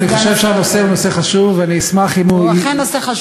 אני חושב שהנושא חשוב, ואני אשמח אם הוא יידון,